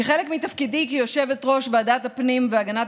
כחלק מתפקידי כיושבת-ראש ועדת הפנים והגנת